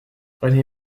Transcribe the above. rené